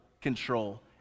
control